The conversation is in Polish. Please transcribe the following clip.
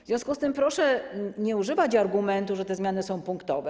W związku z tym proszę nie używać argumentu, że te zmiany są punktowe.